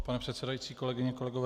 Pane předsedající, kolegyně, kolegové.